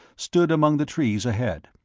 stood among the trees ahead.